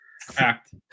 Fact